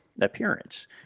appearance